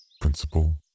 principal